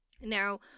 Now